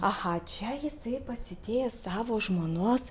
aha čia jisai pasidėjęs savo žmonos